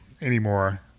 anymore